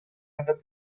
other